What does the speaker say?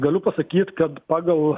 galiu pasakyt kad pagal